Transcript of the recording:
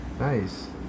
nice